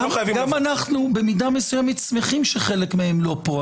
גם אנחנו במידה מסוימת שמחים שחלק מהם לא פה.